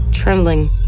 Trembling